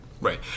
Right